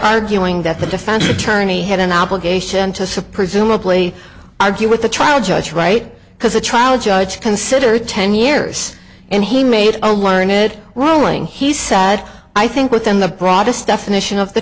arguing that the defense attorney had an obligation to surprise him a plea argue with the trial judge right because the trial judge consider ten years and he made a learned ruling he said i think within the broadest definition of the